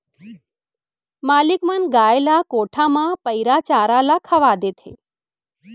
मालिक मन गाय ल कोठा म पैरा चारा ल खवा देथे